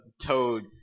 Toad